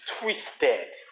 twisted